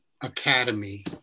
academy